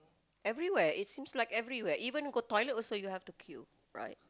everywhere it seems like everywhere even go toilet also you have to queue right